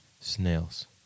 snails